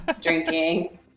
drinking